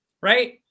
Right